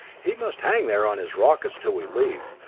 he must hang there on his rockets till we leave,